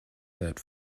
that